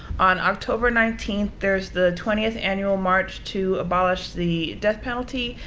on october nineteenth, there's the twentieth annual march to abolish the death penalty.